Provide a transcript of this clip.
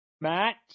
Matt